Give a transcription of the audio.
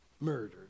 murdered